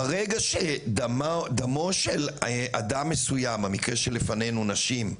ברגע שדמו של אדם מסוים, המקרה שלפנינו נשים,